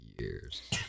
years